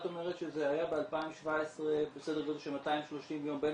את אומרת שב-2017 זה היה סדר גודל שלך 230 יום בין